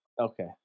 Okay